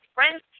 Friends